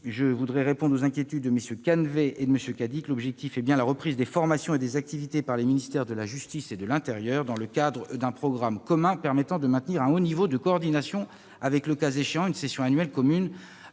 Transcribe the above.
Je réponds aux inquiétudes de MM. Canevet et Cadic au sujet de l'INHESJ. L'objectif est bien la reprise des formations et des activités par les ministères de la justice et de l'intérieur, dans le cadre d'un programme commun permettant de maintenir un haut niveau de coordination avec, le cas échéant, une session annuelle commune